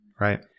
Right